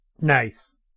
Nice